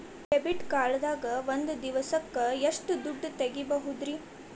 Debit card ದಾಗ ಒಂದ್ ದಿವಸಕ್ಕ ಎಷ್ಟು ದುಡ್ಡ ತೆಗಿಬಹುದ್ರಿ?